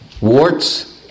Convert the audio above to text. warts